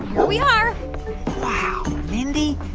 here we are wow, mindy.